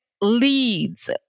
leads